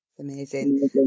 Amazing